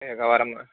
एकवारं